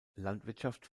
landwirtschaft